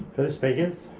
further speakers?